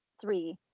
three